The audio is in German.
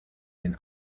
den